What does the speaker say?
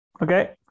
Okay